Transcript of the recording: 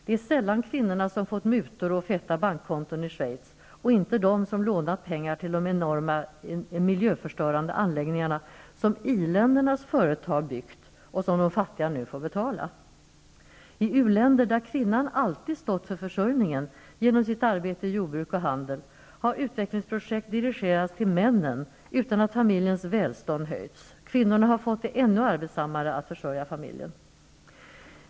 Det är sällan kvinnorna som fått mutor och feta bankkonton i Schweiz, och det är inte de som lånat pengar till de enorma miljöförstörande anläggningarna som i-ländernas företag byggt och som de fattiga nu får betala. I u-länder där kvinnan alltid stått för försörjning, genom sitt arbete i jordbruk och handel, har utvecklingsprojekt dirigerats till männen utan att familjens välstånd höjts. Kvinnorna har fått det ännu arbetsammare att försörja familjen.